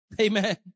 amen